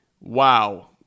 wow